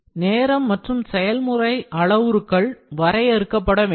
நேரம் மற்றும் செயல்முறை அளவுருக்கள் வரையறுக்கப்பட வேண்டும்